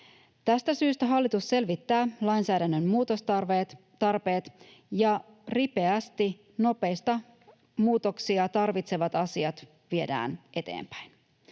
Tästä syystä hallitus selvittää lainsäädännön muutostarpeet, ja nopeita muutoksia tarvitsevat asiat viedään ripeästi